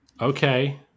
Okay